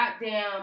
goddamn